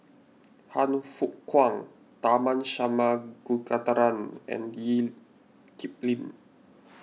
Han Fook Kwang Tharman Shanmugaratnam and Lee Kip Lin